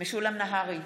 משולם נהרי,